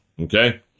okay